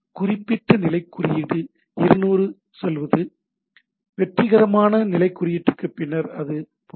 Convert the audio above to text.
குறிப்பிட்ட நிலைக் குறியீடு 200 சொல்வது சரி வெற்றிகரமான நிலைக் குறியீட்டிற்கு பின்னர் அது போன்றது